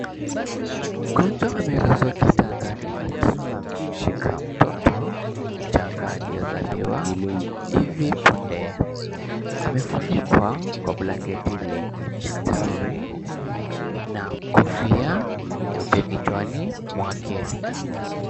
Mgonjwa amelazwa kitandani akiwa amemshika mtoto mchanga aliyezaliwa hivi punde amefunikwa kwa blanketi lenye mistari na kofia nyeupe kichwani mwake.